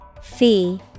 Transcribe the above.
fee